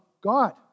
God